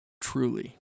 Truly